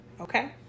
okay